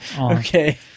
okay